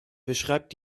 beschreibt